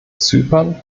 zypern